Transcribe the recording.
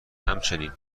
همچنین